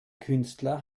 künstler